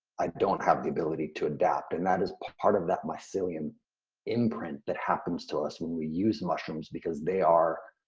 i don't have the ability to adapt. and that is part of that mycelium imprint that happens to us when we use mushrooms because they are